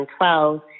2012